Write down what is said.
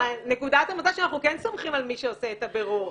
-- נקודת המוצא שאנחנו כן סומכים על מי שעושה את הבירור.